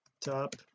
top